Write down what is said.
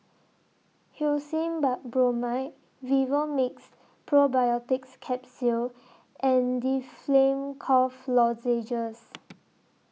Hyoscine Butylbromide Vivomixx Probiotics Capsule and Difflam Cough Lozenges